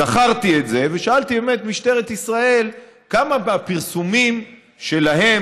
זכרתי את זה ושאלתי באמת את משטרת ישראל כמה מהפרסומים שלהם